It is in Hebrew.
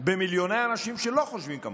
במיליוני אנשים שלא חושבים כמוך,